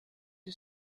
who